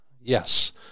Yes